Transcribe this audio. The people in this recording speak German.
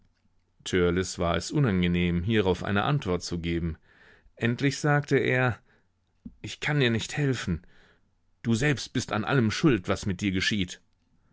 war es unangenehm hierauf eine antwort zu geben endlich sagte er ich kann dir nicht helfen du selbst bist an allem schuld was mit dir geschieht